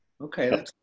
Okay